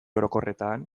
orokorretan